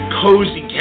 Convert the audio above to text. cozy